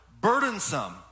burdensome